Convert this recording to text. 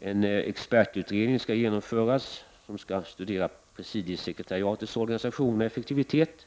En expertutredning skall också genomföras som skall studera presidiesekretariatets organisation och effektivitet.